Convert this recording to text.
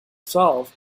solve